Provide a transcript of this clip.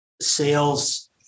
sales